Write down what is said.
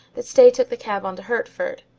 that stay took the cab on to hertford.